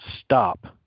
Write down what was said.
stop